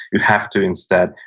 you have to, instead,